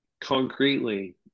concretely